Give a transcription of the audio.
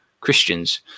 Christians